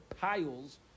piles